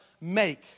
make